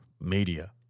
Media